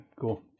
cool